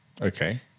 okay